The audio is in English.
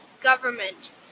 government